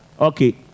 okay